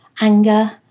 anger